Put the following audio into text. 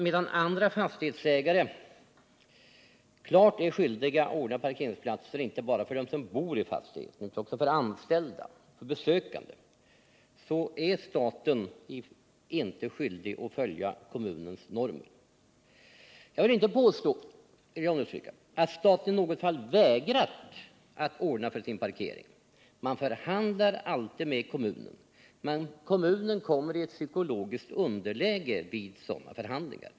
Medan andra fastighetsägare klart är skyldiga att ordna parkeringsplatser inte bara för dem som bor i fastigheten utan också för anställda och för besökare, är staten inte skyldig att följa kommunens normer. Jag vill inte påstå — det vill jag understryka — att staten i något fall vägrat att ordna för sin parkering. Man förhandlar alltid med kommunen, men kommunen kommer i ett psykologiskt underläge vid sådana förhandlingar.